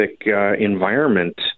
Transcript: environment